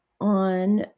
on